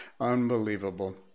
Unbelievable